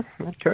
okay